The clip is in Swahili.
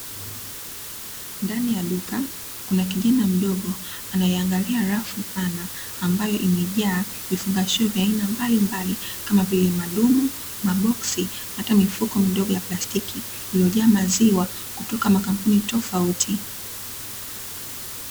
Ndani ya duka kuna kijana mdogo anayeangalia rafu pana ambayo imejaa vifungashio vya aina mbalimbali, kama vile madumu, maboksi na hata mifuko midogo ya plastiki, iliyojaa maziwa kutoka makampuni tofauti.